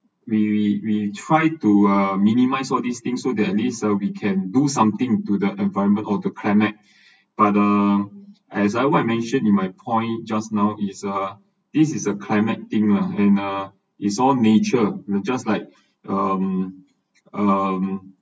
we we we try to uh minimise all these thing so that at least we can do something to the environment or to climate but uh as what I mentioned in my point just now is a this is a climate thing lah and uh it's all nature just like um um